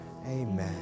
Amen